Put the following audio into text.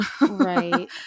right